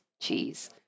cheese